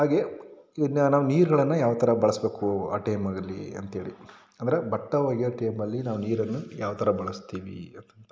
ಹಾಗೆ ಇನ್ನೂ ನಾವು ನೀರುಗಳನ್ನ ಯಾವ ಥರ ಬಳಸಬೇಕು ಆ ಟೈಮಲ್ಲಿ ಅಂತ ಹೇಳಿ ಅಂದರೆ ಬಟ್ಟೆ ಒಗೆಯೋ ಟೈಮಲ್ಲಿ ನಾವು ನೀರನ್ನು ಯಾವ ಥರ ಬಳಸ್ತೀವಿ ಅಂತ ಅಂದ್ರೆ